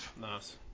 Nice